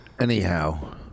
anyhow